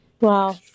Wow